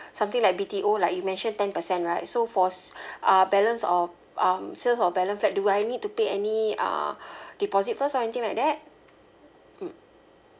something like B_T_O like you mention ten percent right so for uh balance of um sales of balance flat do I need to pay any uh deposit first or anything like that mm